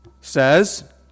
says